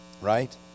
Right